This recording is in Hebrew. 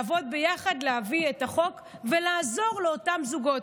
לעבוד ביחד, להביא את החוק ולעזור לאותם זוגות.